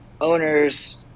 owners